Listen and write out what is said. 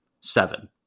Seven